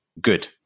good